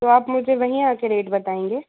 तो आप मुझे वहीं आके रेट बताएँगे